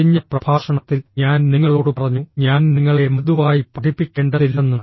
കഴിഞ്ഞ പ്രഭാഷണത്തിൽ ഞാൻ നിങ്ങളോട് പറഞ്ഞു ഞാൻ നിങ്ങളെ മൃദുവായി പഠിപ്പിക്കേണ്ടതില്ലെന്ന്